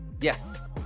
yes